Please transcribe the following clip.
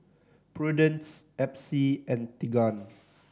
Prudence Epsie and Tegan